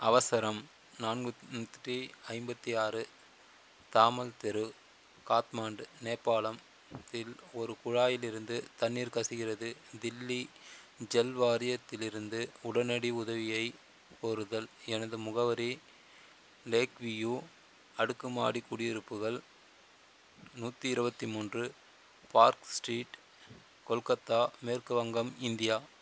அவசரம் நானூற்றி ஐம்பத்தி ஆறு தாமன் தெரு காத்மாண்டு நேபாளம் தில் ஒரு குழாயிலிருந்து தண்ணீர் கசிகிறது தில்லி ஜல் வாரியத்திலிருந்து உடனடி உதவியை கூறுதல் எனது முகவரி லேக் வியூ அடுக்குமாடி குடியிருப்புகள் நூற்றி இருபத்தி மூன்று பார்க் ஸ்ட்ரீட் கொல்கத்தா மேற்கு வங்கம் இந்தியா